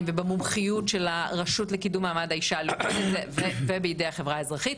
ובמומחיות של הרשות לקידום מעמד האישה ובידי החברה האזרחית.